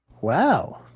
Wow